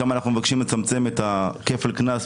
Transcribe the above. שם אנחנו מבקשים לצמצם את כפל הקנס,